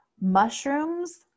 Mushrooms